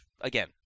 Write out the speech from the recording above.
again